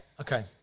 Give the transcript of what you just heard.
okay